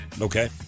Okay